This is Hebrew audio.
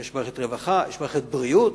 יש מערכת רווחה, יש מערכת בריאות,